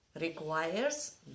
requires